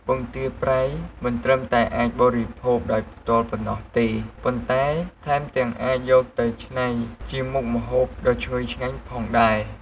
ពងទាប្រៃមិនត្រឹមតែអាចបរិភោគដោយផ្ទាល់ប៉ុណ្ណោះទេ ប៉ុន្តែថែមទាំងអាចយកទៅច្នៃជាមុខម្ហូបដ៏ឈ្ងុយឆ្ងាញ់ផងដែរ។